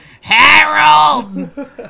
Harold